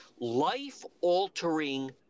life-altering